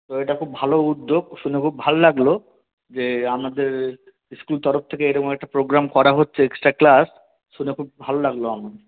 তো এটা খুব ভালো উদ্যোগ শুনে খুব ভালো লাগল যে আপনাদের স্কুল তরফ থেকে এরকম একটা প্রোগ্রাম করা হচ্ছে এক্সট্রা ক্লাস শুনে খুব ভালো লাগল আমার